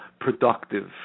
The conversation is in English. productive